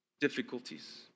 difficulties